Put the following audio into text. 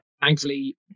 thankfully